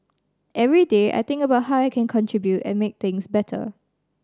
every day I think about how I can contribute and make things better